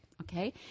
okay